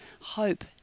hope